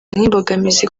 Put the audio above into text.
nk’imbogamizi